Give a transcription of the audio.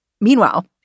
Meanwhile